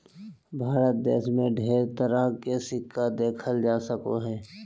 भारत देश मे ढेर तरह के सिक्का देखल जा सको हय